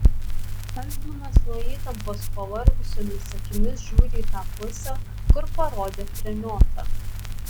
algminas nuo įtampos pavargusiomis akimis žiūri į tą pusę kur parodė treniota